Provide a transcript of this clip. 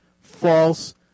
false